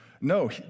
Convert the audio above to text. No